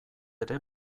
ere